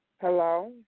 Hello